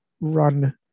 run